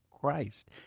Christ